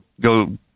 go